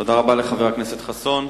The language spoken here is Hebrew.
תודה רבה לחבר הכנסת חסון.